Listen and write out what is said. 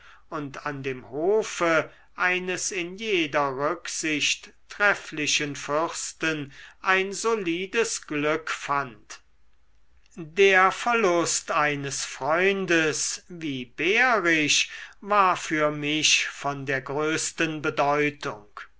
und an dem hofe eines in jeder rücksicht trefflichen fürsten ein solides glück fand der verlust eines freundes wie behrisch war für mich von der größten bedeutung